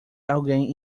alguém